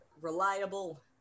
reliable